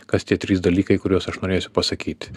kas tie trys dalykai kuriuos aš norėsiu pasakyti